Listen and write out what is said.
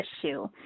issue